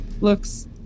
looks